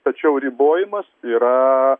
tačiau ribojimas yra